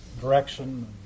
direction